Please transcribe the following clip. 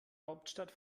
hauptstadt